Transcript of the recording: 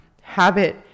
habit